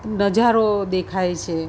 નજારો દેખાય છે